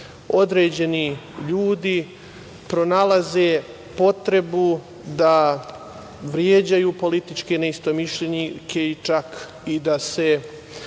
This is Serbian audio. određeni ljudi pronalaze potrebu da vređaju političke neistomišljenike i čak i da se